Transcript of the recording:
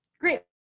Great